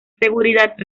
seguridad